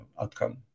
outcome